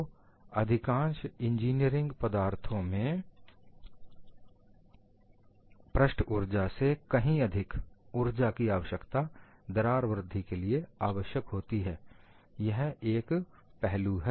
तो अधिकांश इंजीनियरिंग पदार्थों में पृष्ठ ऊर्जा से कहीं अधिक ऊर्जा की आवश्यकता दरार की वृद्धि के लिए आवश्यक होती है यह एक पहलू है